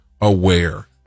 aware